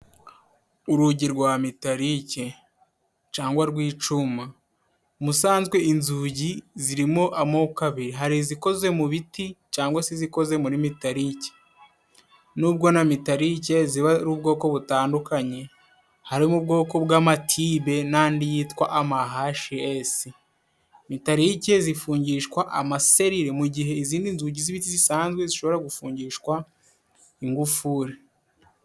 Urugi rwa mitalike cangwa rw'icuma. Musanzwe inzugi zirimo amoko abiri: Hari izikozwe mu biti cangwa se izikoze muri mitalike. Nubwo na mitalike ziba ari ubwoko butandukanye. harimo ubwoko bw'amatibe n'andi yitwa amahashi esi. Mitarike zifungishwa amaselire, mu gihe izindi nzugi z'ibiti zisanzwe zishobora gufungishwa ingufuri.